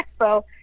Expo